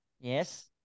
Yes